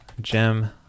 gem